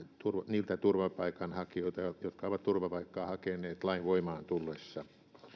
niiltä turvapaikanhakijoilta jotka ovat turvapaikkaa hakeneet lain voimaan tullessa